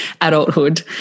adulthood